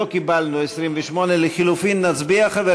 לא קיבלנו את הסתייגות 28. לחלופין, נצביע?